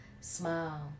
smile